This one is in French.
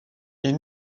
est